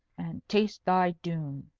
and taste thy doom.